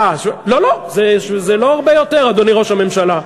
לא לא, זה לא הרבה יותר, אדוני ראש הממשלה.